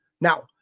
now